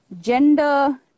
gender